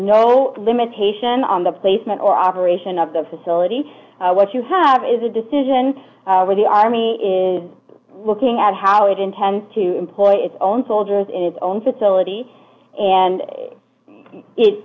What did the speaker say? no limitation on the placement or operation of the facility what you have is a decision with the army is looking at how it intends to employ its own soldiers in its own facility and it